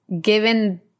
given –